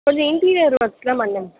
கொஞ்சம் இன்டீரியர் ஒர்க்ஸெல்லாம் பண்ணனும்